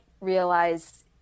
realize